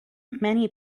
many